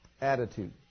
Attitude